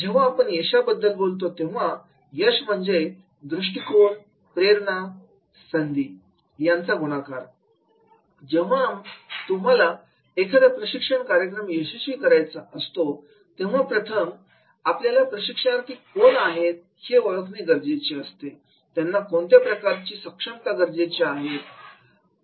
जेव्हा आपण यशाबद्दल बोलतो तेव्हा यश म्हणजे यश दृष्टिकोनX प्रेरणाX संधी जेव्हा तुम्हाला एकदा प्रशिक्षण कार्यक्रम यशस्वी करायचा असतो तेव्हा प्रथम आपल्याला प्रशिक्षणार्थी कोण आहेत हे ओळखणे गरजेचे असते त्यांना कोणत्या प्रकारची सक्षमता गरजेची आहे